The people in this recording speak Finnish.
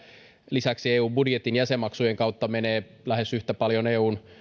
lisäksi eun budjetin jäsenmaksujen kautta menee myös lähes yhtä paljon eun